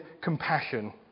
compassion